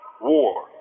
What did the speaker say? War